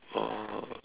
oh